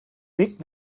big